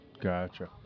Gotcha